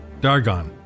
Dargon